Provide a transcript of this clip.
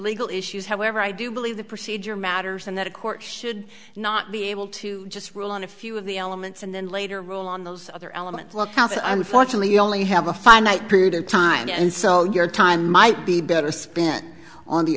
legal issues however i do believe the procedure matters and that a court should not be able to just rule on a few of the elements and then later rule on those other elements look out i'm fortunately only have a finite period of time and so your time might be better spent on the